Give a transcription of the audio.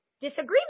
disagreement